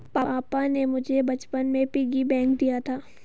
पापा ने मुझे बचपन में पिग्गी बैंक दिया था